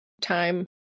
time